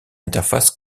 interface